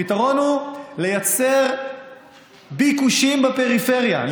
הפתרון הוא לייצר ביקושים בפריפריה,